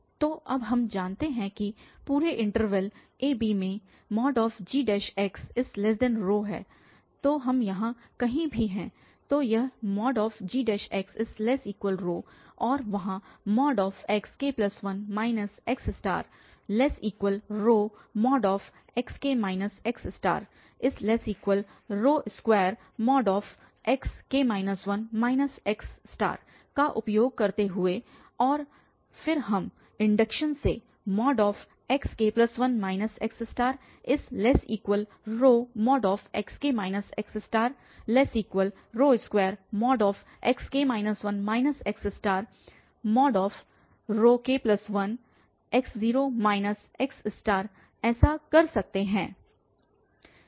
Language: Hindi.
तो अब हम जानते हैं कि पूरे इन्टरवल ab में gx है तो हम जहाँ कहीं भी हैं तो यह gx और वहाँ xk1 xxk x2xk 1 x का उपयोग करते हुए और फिर हम इन्डक्शन से xk1 xxk x2xk 1 xk1x0 x ऐसा कर सकते हैं